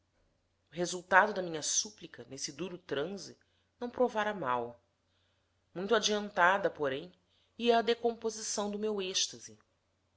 resultado da minha súplica nesse duro transe não provara mal muito adiantada porém ia a decomposição do meu êxtase